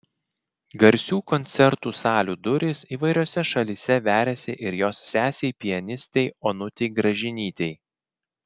garsių koncertų salių durys įvairiose šalyse veriasi ir jos sesei pianistei onutei gražinytei